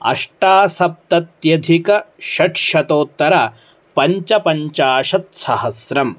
अष्टासप्तत्यधिक षट्शतोत्तर पञ्चपञ्चाशत्सहस्रम्